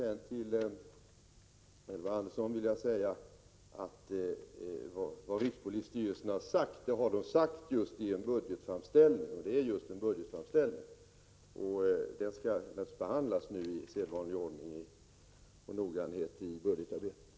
Till Elving Andersson vill jag säga att rikspolisstyrelsens uttalande gjordes i en budgetframställning. Denna skall naturligtvis nu behandlas i sedvanlig ordning och med sedvanlig noggrannhet i budgetarbetet.